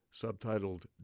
subtitled